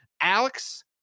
Alex